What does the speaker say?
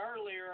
earlier